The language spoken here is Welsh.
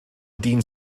dyn